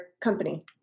company